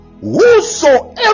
whosoever